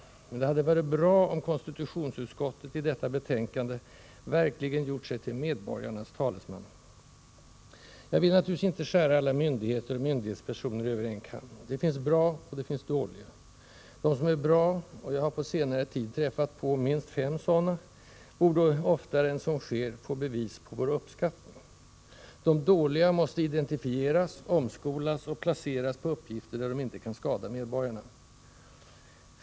Men det hade varit bra om konstitutionsutskottet i detta betänkande verkligen gjort sig till medborgarnas talesman. Jag vill naturligtvis inte skära alla myndigheter och myndighetspersoner över en kam. Det finns bra och det finns dåliga. De som är bra — och jag har på senare tid träffat på minst fem sådana — borde oftare än som sker få bevis på vår uppskattning. De dåliga måste identifieras, omskolas och placeras på uppgifter där de inte kan skada medborgarna.